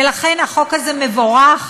ולכן החוק הזה מבורך,